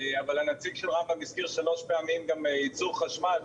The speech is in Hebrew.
אבל הנציג של רמב"ם הזכיר שלוש פעמים על ייצור חשמל,